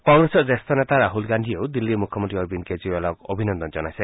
কংগ্ৰেছৰ জ্যেষ্ঠ নেতা ৰাহুল গান্ধীয়েও দিল্লীৰ মুখ্যমন্ত্ৰী অৰবিন্দ কেজৰিৱালক অভিনন্দন জনাইছে